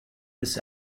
this